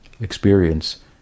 experience